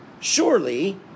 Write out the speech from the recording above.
Surely